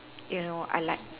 you know I like